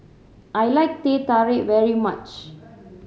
I like Teh Tarik very much